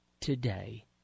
today